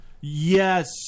Yes